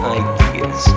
ideas